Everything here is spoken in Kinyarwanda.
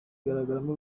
igaragaramo